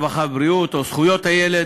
הרווחה והבריאות או בוועדה לזכויות הילד.